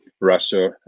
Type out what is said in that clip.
Russia